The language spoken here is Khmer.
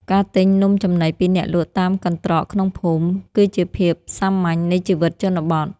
ការទិញនំចំណីពីអ្នកលក់តាមកន្ត្រកក្នុងភូមិ គឺជាភាពសាមញ្ញនៃជីវិតជនបទ។